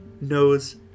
knows